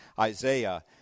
Isaiah